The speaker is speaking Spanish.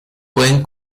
pueden